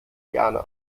jana